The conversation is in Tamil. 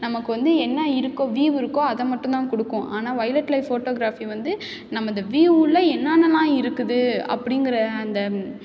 நமக்கு வந்து என்ன இருக்கோ வியூவ் இருக்கோ அதை மட்டும் தான் கொடுக்கும் ஆனால் வொய்லெட் லைஃப் ஃபோட்டோகிராஃபி வந்து நம்ம அந்த வியூவ் உள்ள என்னானலாம் இருக்குது அப்படிங்கிற அந்த